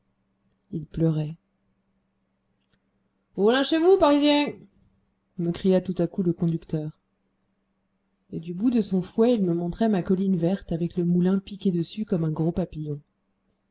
il pleurait vous voilà chez vous parisien me cria tout à coup le conducteur et du bout de son fouet il me montrait ma colline verte avec le moulin piqué dessus comme un gros papillon